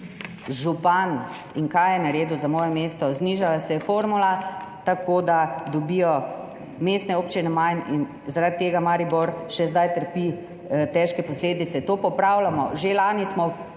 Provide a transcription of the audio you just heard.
župan. Kaj je naredil za moje mesto? Znižala se je formula tako, da dobijo mestne občine manj in zaradi tega Maribor še zdaj trpi težke posledice. To popravljamo. Že lani smo